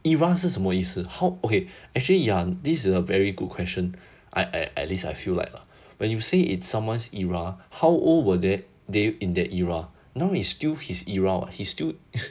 era 是什么意思 how okay actually ya this is a very good question I I at least I feel like lah when you say it's someone's era how old were they in their era now is still his era he still